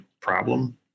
problem